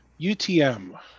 UTM